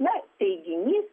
na teiginys